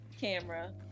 camera